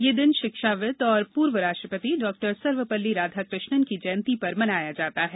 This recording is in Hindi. ये दिन शिक्षाविद् और पूर्व राष्ट्रपति डॉ सर्वपल्ली राधाकृष्णन की जयंती पर मनाया जाता है